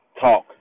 talk